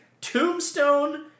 Tombstone